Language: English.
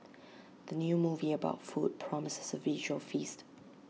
the new movie about food promises A visual feast